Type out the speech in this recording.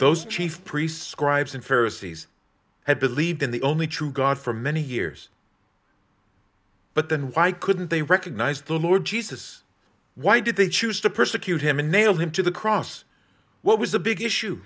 those chief priests scribes and pharisees had believed in the only true god for many years but then why couldn't they recognize the lord jesus why did they choose to persecute him and nail him to the cross what was the big issue